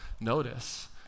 Notice